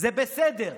זה בסדר.